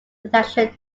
detection